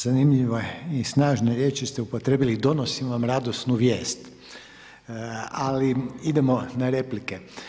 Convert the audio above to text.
Vrlo zanimljive i snažne riječi ste upotrijebili, donosim vam radosnu vijest, ali idemo na replike.